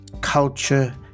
culture